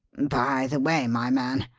by the way, my man,